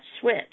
switch